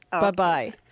Bye-bye